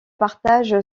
partage